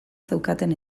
zeukaten